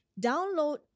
download